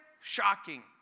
Shocking